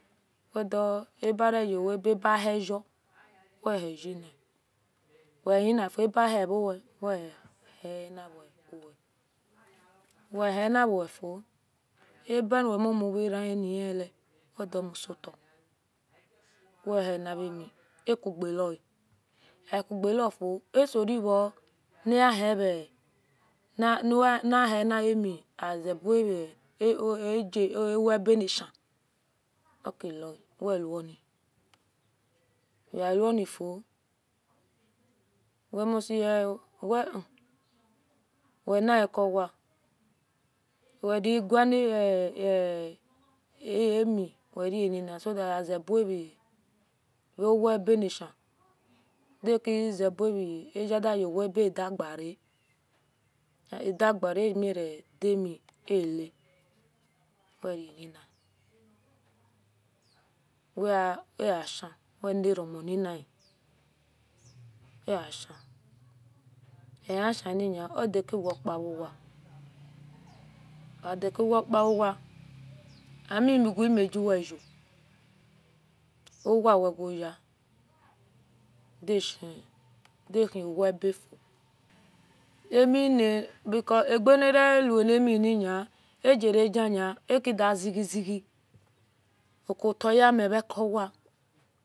Wedo abareuwaebe abahiro wehiyeni wehiyenifo abahiowe wehiyahoive wehiyao wefio ebaniwemomuvran ebe wedimusora wehiniami augelea augelefio asorevo nihiya-eani olkaebenishen okela weumoni wewonifo wemosti eweu welivekowa wegalemi weranihi sothat ozebua owaebenishen dagezebua vegedauwaebe adagen adagea amiredami ae welenina arashea weleromunhien eashe eashaanih odakuwopauwa odakuwopauwa amiwemegiweu uwia wewoya daahewaebefio because abeniro wenigenini agarevejieni akegazeizei otahimevo kuwa